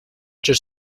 just